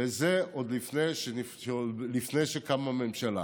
וזה עוד לפני שקמה ממשלה.